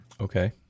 Okay